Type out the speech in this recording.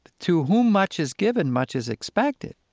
to whom much is given, much is expected